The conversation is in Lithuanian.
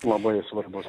labai svarbus